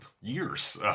years